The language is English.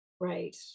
Right